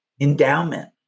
endowment